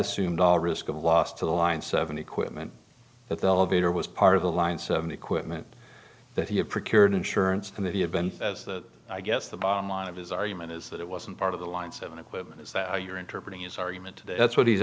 assumed risk of loss to the line seven equipment at the elevator was part of the line seven equipment that he had procured insurance and that he had been as that i guess the bottom line of his argument is that it wasn't part of the line seven equipment is that you're interpreting his argument today that's what he's